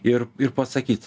ir ir pasakyt